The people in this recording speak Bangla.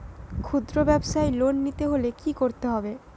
খুদ্রব্যাবসায় লোন নিতে হলে কি করতে হবে?